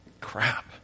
Crap